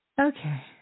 Okay